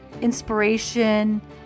inspiration